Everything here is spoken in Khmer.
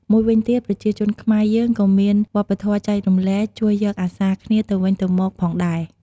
មួយវិញទៀតប្រជាជនខ្មែរយើងក៏មានវប្បធម៌ចែករំលែក ជួយយកអាសាគ្នាទៅវិញទៅមកផងដែរ។